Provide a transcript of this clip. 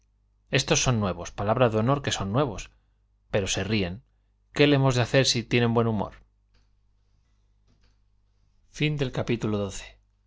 estos son nuevos palabra de honor que son nuevos pero se ríen qué le hemos de hacer si tienen buen humor